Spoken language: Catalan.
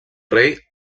rei